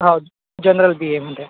हो general B एमध्ये